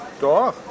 Doch